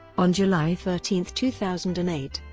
on july thirteen, two thousand and eight,